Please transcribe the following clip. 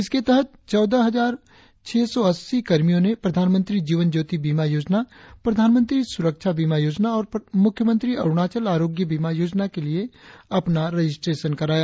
इसके तहत चौदह हजार छह सौ अस्सी कर्मियों ने प्रधानमंत्री जीवन ज्योति बीमा योजना प्रधानमंत्री सुरक्षा बीमा योजना और मुख्यमंत्री अरुणाचल आरोग्य बीमा योजना के लिए अपना रजिस्ट्रेशन कराया